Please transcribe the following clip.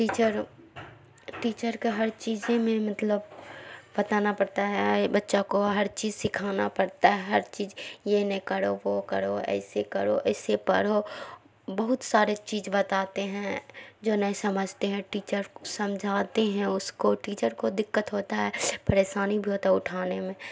teacher teacher کے ہر چیز ہی میں مطلب بتانا پڑتا ہے بچہ کو ہر چیز سکھانا پڑتا ہے ہر چیز یہ نہیں کرو وہ کرو ایسے کرو ایسے پڑھو بہت سارے چیز بتاتے ہیں جو نہیں سمجھتے ہیں ٹیچر سمجھاتے ہیں اس کو ٹیچر کو دقت ہوتا ہے پریشانی بھی ہوتا ہے اٹھانے میں